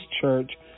church